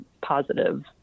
positive